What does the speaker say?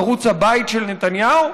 ערוץ הבית של נתניהו?